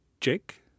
Jake